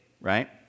right